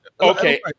okay